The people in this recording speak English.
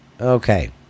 Okay